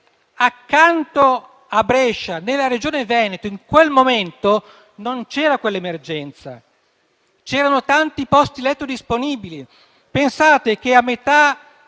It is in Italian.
accanto a Brescia, nella Regione Veneto, in quel momento non c'era quell'emergenza, c'erano tanti posti letto disponibili: pensate che a metà